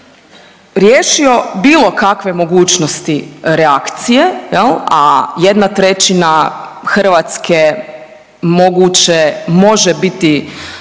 riješio bilo kakve mogućnosti reakcije, a jedna trećina Hrvatske moguće može biti